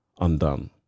undone